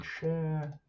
share